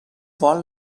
vol